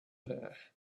there